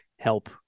help